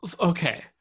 okay